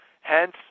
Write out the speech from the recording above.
Hence